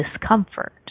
discomfort